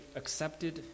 accepted